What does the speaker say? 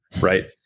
right